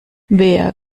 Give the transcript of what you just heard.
wer